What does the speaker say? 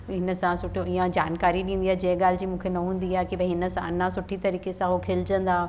हिन सां सुठो इहा जानकारी ॾींदी आहे जंहिं ॻाल्हि जी मूंखे न हूंदी आहे की भई हिन सां न सुठी तरीक़े सां उहो खिलजंदा